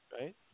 right